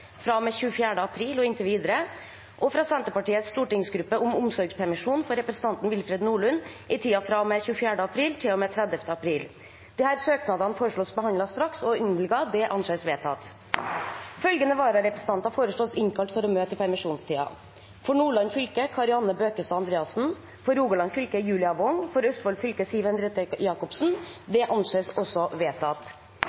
med 24. april og inntil videre fra Senterpartiets stortingsgruppe om omsorgspermisjon for representanten Willfred Nordlund i tiden fra og med 24. april til og med 30. april Etter forslag fra presidenten ble enstemmig besluttet: Søknadene behandles straks og innvilges. Følgende vararepresentanter innkalles for å møte i permisjonstiden: For Nordland fylke: Kari Anne Bøkestad Andreassen For Rogaland fylke: Julia Wong For Østfold fylke: Siv Henriette Jacobsen